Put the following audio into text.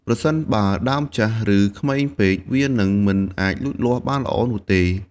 ប្រសិនបើដើមចាស់ ឬក្មេងពេក វានឹងមិនអាចលូតលាស់បានល្អនោះទេ។